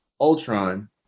Ultron